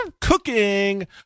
cooking